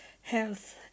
health